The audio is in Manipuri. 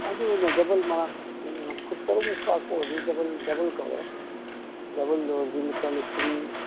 ꯑꯗꯨꯅ ꯗꯕꯜ ꯃꯔꯥꯛꯁꯤꯡ ꯐꯨꯠ ꯇꯔꯨꯛꯃꯨꯛ ꯄꯥꯛꯄ ꯑꯣꯏꯔꯒꯗꯤ ꯗꯕꯜ ꯗꯕꯜ ꯀꯧꯋꯦ ꯗꯕꯜꯗ ꯑꯣꯏꯔꯗꯤ ꯂꯨꯄꯥ ꯂꯤꯁꯤꯡ